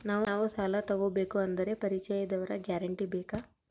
ನಾವು ಸಾಲ ತೋಗಬೇಕು ಅಂದರೆ ಪರಿಚಯದವರ ಗ್ಯಾರಂಟಿ ಬೇಕಾ?